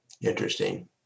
Interesting